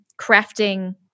crafting